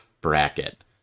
bracket